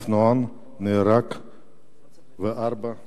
אופנוען נהרג וארבעה